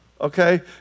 Okay